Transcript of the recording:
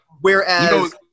Whereas